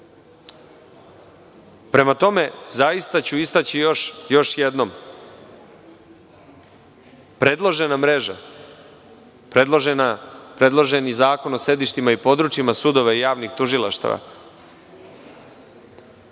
tome, zaista ću istaći još jednom, predložena mreža, predloženi zakon o sedištima i područjima sudova i javnih tužilaštava